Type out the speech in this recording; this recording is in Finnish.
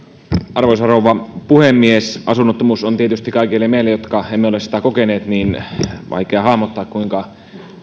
arvoisa rouva puhemies asunnottomuus on tietysti kaikille meille jotka emme ole sitä kokeneet vaikea hahmottaa kuinka